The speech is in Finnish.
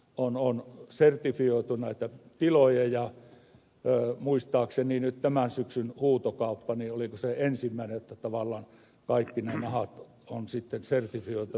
on sertifioitu näitä tiloja ja muistaakseni nyt tämän syksyn huutokauppa oliko se ensimmäinen jossa tavallaan kaikki ne nahat ovat sitten sertifioiduilta tiloilta tulleet